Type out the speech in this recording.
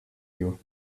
you